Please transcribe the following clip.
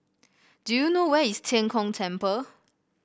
do you know where is Tian Kong Temple